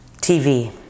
TV